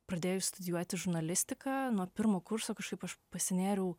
pradėjus studijuoti žurnalistiką nuo pirmo kurso kažkaip aš pasinėriau